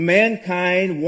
mankind